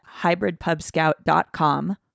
hybridpubscout.com